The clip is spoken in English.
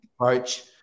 approach